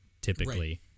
typically